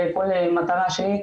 לכל מטרה שהיא,